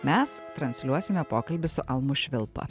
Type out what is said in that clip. mes transliuosime pokalbį su almu švilpa